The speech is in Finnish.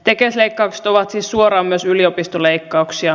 tekes leikkaukset ovat siis suoraan myös yliopistoleikkauksia